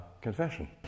confession